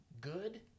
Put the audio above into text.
good